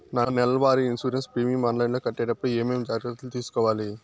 నా నెల వారి ఇన్సూరెన్సు ప్రీమియం ఆన్లైన్లో కట్టేటప్పుడు ఏమేమి జాగ్రత్త లు తీసుకోవాలి?